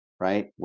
Right